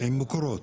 עם מקורות,